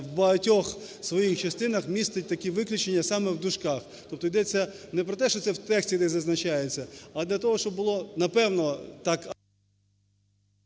в багатьох в своїх частинах містить такі виключення саме в дужках. Тобто ідеться не про те, що це в тексті не зазначається, а для того, щоб було, напевно, так…